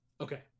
Okay